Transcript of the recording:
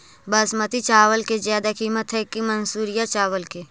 बासमती चावल के ज्यादा किमत है कि मनसुरिया चावल के?